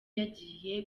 yagiye